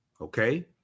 okay